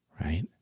Right